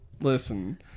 Listen